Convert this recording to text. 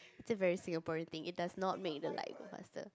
it's a very Singaporean thing it does not make the light go faster